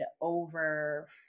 over